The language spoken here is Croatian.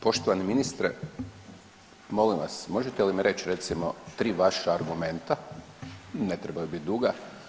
Poštovani ministre molim vas možete mi reći recimo 3 vaša argumenta, ne trebaju biti duga.